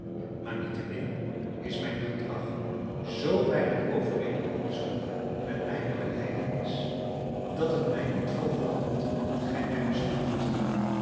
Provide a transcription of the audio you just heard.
maar niettemin is mijn gedrag zoo weinig overeenkomstig met mijne belijdenis dat het mij niet verwondert dat gij mij bestraft